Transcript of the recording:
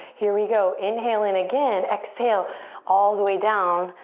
here we go. inhale in again. exhale all the way down.